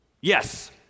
Yes